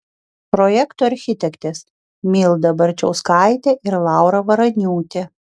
projekto architektės milda barčauskaitė ir laura varaniūtė